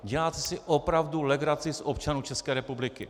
Děláte si opravdu legraci z občanů České republiky.